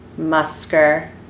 Musker